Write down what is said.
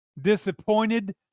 disappointed